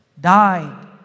died